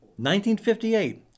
1958